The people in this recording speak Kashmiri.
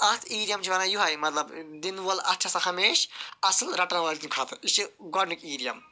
اتھ ایٖڈیم چھُ ونان یُہے مَطلَب دِنہٕ وول اَتھٕ چھُ آسان ہَمیش اصل رَٹَن والہ کہ کھۄتہٕ یہِ چھُ گۄڈنیُک ایٖڈیَم